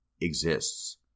exists